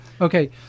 okay